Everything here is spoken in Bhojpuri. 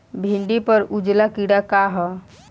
भिंडी पर उजला कीड़ा का है?